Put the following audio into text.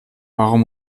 warum